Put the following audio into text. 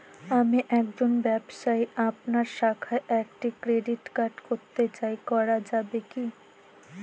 আমি একজন ব্যবসায়ী আপনার শাখায় একটি ক্রেডিট কার্ড করতে চাই করা যাবে কি?